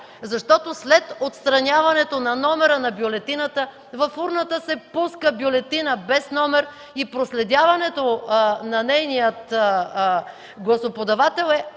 защото след отстраняването на номера на бюлетината в урната се пуска бюлетина без номер и проследяването на нейния гласоподавател е